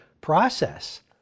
process